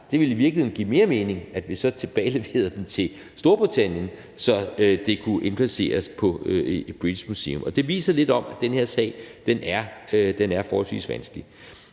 Det ville i virkeligheden give mere mening, at vi så tilbageleverede det til Storbritannien, så det kunne indplaceres på British Museum. Det viser lidt om, at den her sag er forholdsvis vanskelig.